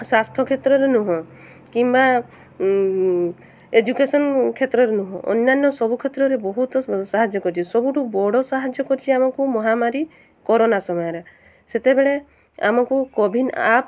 ସ୍ୱାସ୍ଥ୍ୟ କ୍ଷେତ୍ରରେ ନୁହଁ କିମ୍ବା ଏଜୁକେଶନ୍ କ୍ଷେତ୍ରରେ ନୁହଁ ଅନ୍ୟାନ୍ୟ ସବୁ କ୍ଷେତ୍ରରେ ବହୁତ ସାହାଯ୍ୟ କରିଛି ସବୁଠୁ ବଡ଼ ସାହାଯ୍ୟ କରିଛି ଆମକୁ ମହାମାରୀ କରୋନା ସମୟରେ ସେତେବେଳେ ଆମକୁ କୋୱିନ୍ ଆପ୍